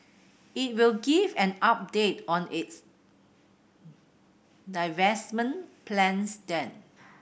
it will give an update on its divestment plans then